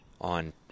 on